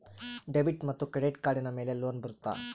Debit ಮತ್ತು credit ಕಾರ್ಡಿನ ಮೇಲೆ ಲೋನ್ ಬರುತ್ತಾ?